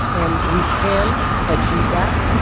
and we can achieve that,